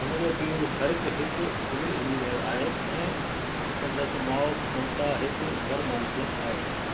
हुन जो पीउ हर हिकु हिकु सिविल इंजीनियर आहे ऐं संदसि माउ ममता हिकु घर मालिकिणि आहे